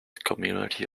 community